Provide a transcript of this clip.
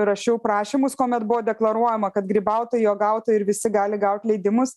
rašiau prašymus kuomet buvo deklaruojama kad grybautojai uogautojai ir visi gali gaut leidimus